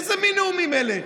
איזה מין נאומים אלה?